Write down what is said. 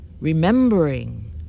remembering